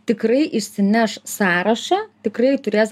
tikrai išsineš sąrašą tikrai turės